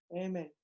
Amen